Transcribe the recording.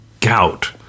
gout